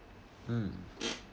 um